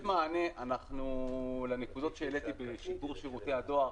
מענה לנקודות שהעליתי בשיפור שירותי הדואר,